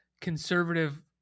conservative